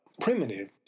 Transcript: primitive